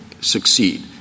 succeed